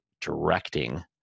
directing